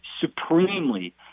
supremely